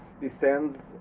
descends